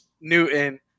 Newton